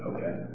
Okay